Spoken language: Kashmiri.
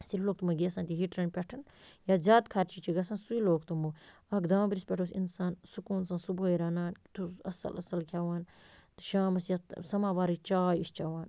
اَسی لوگ تِمن گیسَن تہٕ ہیٖٹِرَن پٮ۪ٹھٕ یَتھ زیادٕ خرچہِ چھِ گَژھان سُے لوگ تِمو اَکھ دامبرِس پٮ۪ٹھ اوس اِنسان سُکوٗن سان صُبحٲے رَنان تہٕ اوس اَصٕل اَصٕل کھٮ۪وان تہٕ شامَس یَتھ سَماوارٕچ چاے ٲسۍ چٮ۪وان